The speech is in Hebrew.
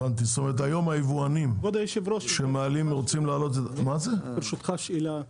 כבוד היושב-ראש, ברשותך, שאלה.